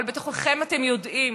אבל בתוככם אתם יודעים,